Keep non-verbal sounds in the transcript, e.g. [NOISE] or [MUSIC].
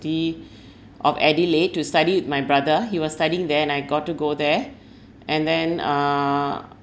of adelaide to study with my brother he was studying there and I got to go there [BREATH] and then err